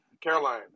Caroline